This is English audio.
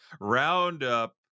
roundup